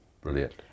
Brilliant